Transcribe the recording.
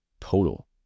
total